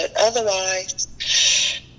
otherwise